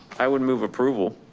i would move approval.